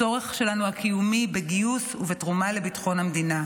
הצורך הקיומי שלנו, בגיוס ובתרומה לביטחון המדינה.